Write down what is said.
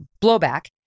blowback